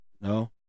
No